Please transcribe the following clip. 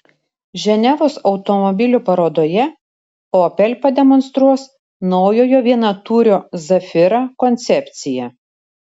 ženevos automobilių parodoje opel pademonstruos naujojo vienatūrio zafira koncepciją